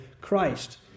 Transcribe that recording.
Christ